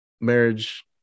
marriage